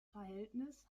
verhältnis